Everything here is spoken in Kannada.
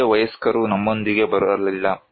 ಯಾವುದೇ ವಯಸ್ಕರು ನಮ್ಮೊಂದಿಗೆ ಬರಲಿಲ್ಲ